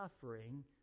suffering